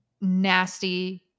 nasty